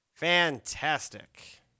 Fantastic